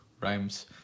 rhymes